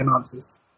answers